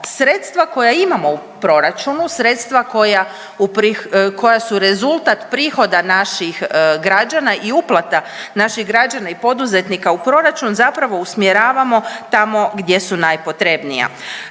sredstva koja imamo u proračunu, sredstva koja su rezultat prihoda naših građana i uplata naših građana i poduzetnika u proračun zapravo usmjeravamo tamo gdje su najpotrebnija.